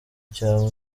cya